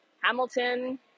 Hamilton